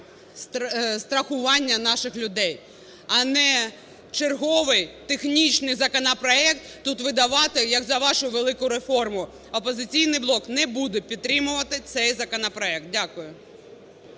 страхування наших людей, а не черговий технічний законопроект тут видавати як за вашу велику реформу. "Опозиційний блок" не буде підтримувати цей законопроект. Дякую.